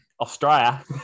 Australia